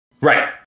Right